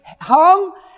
hung